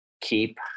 keep